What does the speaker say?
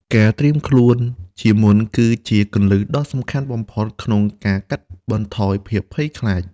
ការត្រៀមខ្លួនជាមុនគឺជាគន្លឹះដ៏សំខាន់បំផុតក្នុងការកាត់បន្ថយភាពភ័យខ្លាច។